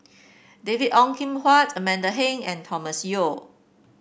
David Ong Kim Huat Amanda Heng and Thomas Yeo